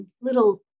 little